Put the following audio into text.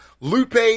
Lupe